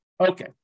Okay